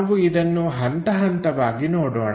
ನಾವು ಇದನ್ನು ಹಂತಹಂತವಾಗಿ ನೋಡೋಣ